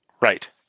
Right